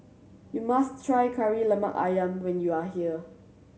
you must try Kari Lemak Ayam when you are here